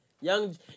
young